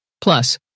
Plus